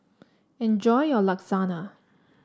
enjoy your Lasagna